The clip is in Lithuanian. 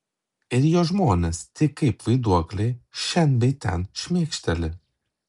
ir jo žmonės tik kaip vaiduokliai šen bei ten šmėkšteli